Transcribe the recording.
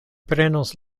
prenos